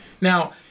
Now